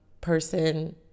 person